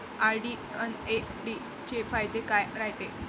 RD अन FD चे फायदे काय रायते?